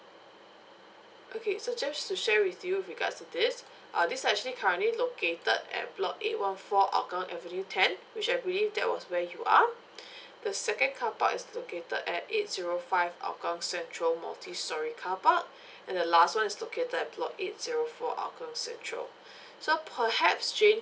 okay so just to share with you with regards to this uh these actually currently located at block eight one four hougang avenue ten which I believe that was where you are the second car park is located at eight zero five hougang central multi storey car park and the last one is located at block eight zero four hougang central so perhaps jane